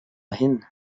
hin